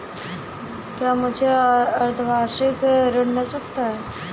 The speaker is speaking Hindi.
क्या मुझे अर्धवार्षिक ऋण मिल सकता है?